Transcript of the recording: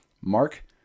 Mark